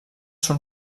són